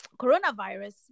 coronavirus